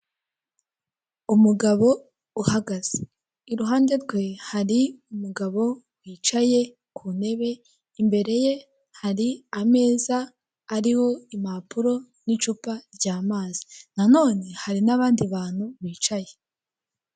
Umugabo uhagaze i ruhande rwe hari umugabo wicaye ku ntebe imbere ye hari ameza ariho impapuro n'icupa ry'amazi, nanone hari n'abandi bantu bicaye.